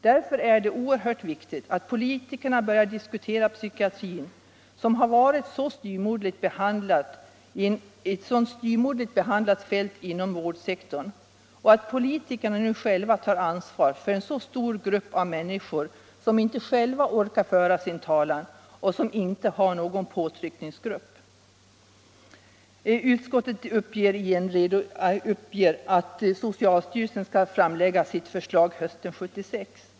Därför är det oerhört viktigt att politikerna börjar diskutera psykiatrin, som har varit ett styvmoderligt behandlat fält inom vårdsektorn, och att politikerna tar ansvar för den stora grupp av människor som det här gäller, som själva inte orkar föra sin talan och som inte har några påtryckningsgrupper. Utskottet uppger att socialstyrelsen skall framlägga sin redovisning hösten 1976.